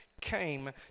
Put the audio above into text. came